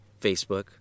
Facebook